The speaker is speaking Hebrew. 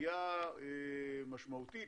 עלייה משמעותית,